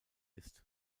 ist